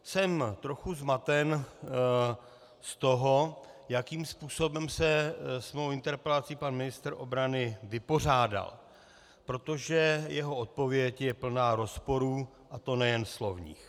Jsem trochu zmaten z toho, jakým způsobem se s mou interpelací pan ministr obrany vypořádal, protože jeho odpověď je plná rozporů, a to nejen slovních.